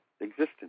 existence